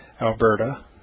Alberta